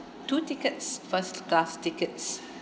two tickets first class tickets